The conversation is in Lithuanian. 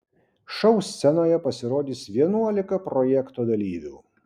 šou scenoje pasirodys vienuolika projekto dalyvių